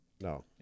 No